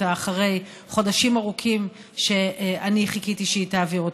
אותה אחרי חודשים ארוכים שאני חיכיתי שהיא תעביר אותה,